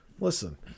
listen